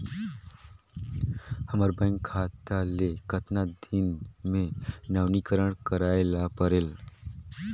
हमर बैंक खाता ले कतना दिन मे नवीनीकरण करवाय ला परेल?